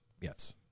Yes